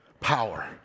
power